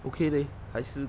okay leh 还是